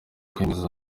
kwemeza